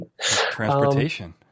Transportation